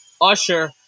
Usher